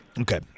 Okay